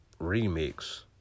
remix